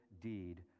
deed